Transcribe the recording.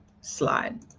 slide